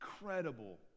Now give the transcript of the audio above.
Incredible